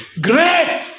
great